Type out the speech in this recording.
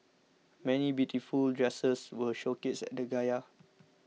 many beautiful dresses were showcased at the gala